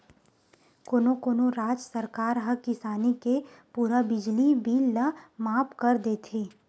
कोनो कोनो राज सरकार ह किसानी के पूरा बिजली बिल ल माफ कर देथे